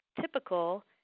typical